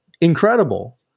incredible